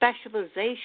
Specialization